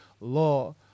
law